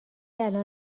الان